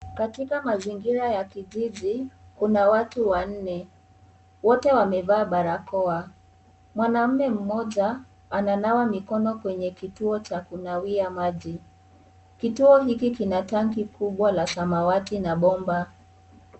Katika mazingira ya kijiji, kuna watu wanne. Wote wamevaa barakoa. Mwanamume mmoja ananawa mikono kwenye kituo cha kunawia maji. Kituo hiki kina tanki kubwa la samawati na bomba.